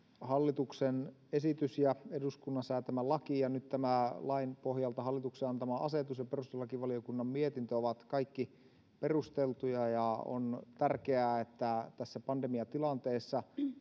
hallituksen esitys ja eduskunnan säätämä laki ja nyt tämä lain pohjalta hallituksen antama asetus ja perustuslakivaliokunnan mietintö ovat kaikki perusteltuja on tärkeää että tässä pandemiatilanteessa